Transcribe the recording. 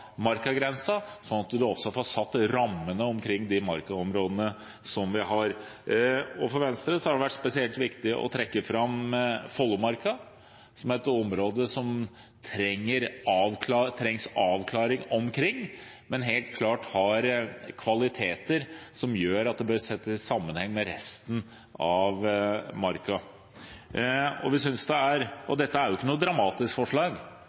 sånn at man også får satt rammene omkring de markaområdene vi har. For Venstre har det vært spesielt viktig å trekke fram Follomarka, som er et område som det trengs avklaring omkring, men som helt klart har kvaliteter som gjør at den bør ses i sammenheng med resten av marka. Dette er ikke noe dramatisk forslag. Det er